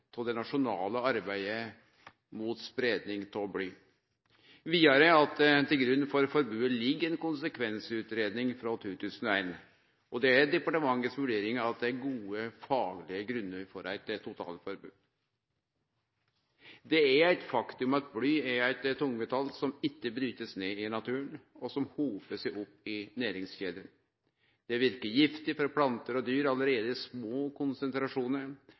det nasjonale arbeidet mot spreiing av bly, og vidare at til grunn for forbodet ligg ei konsekvensutgreiing frå 2001, og at det er departementets vurdering at det er gode faglege grunnar for eit totalforbod. Det er eit faktum at bly er eit tungmetall som ikkje blir brote ned i naturen, og som hopar seg opp i næringskjedene. Det verkar giftig for planter og dyr allereie i små konsentrasjonar